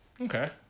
Okay